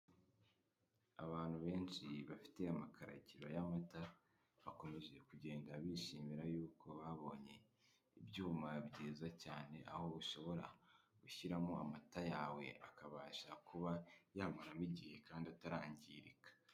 Abantu benshi bafiti amakaragiro y'amata, bakomeje kugenda bishimira y'uko babonye ibyuma byiza cyane, aho ushobora gushyiramo amata yawe akabasha kuba yamaramo igihe kandi atarangirika.